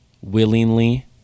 willingly